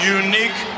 unique